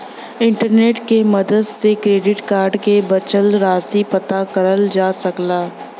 internet के मदद से क्रेडिट कार्ड क बचल राशि पता करल जा सकला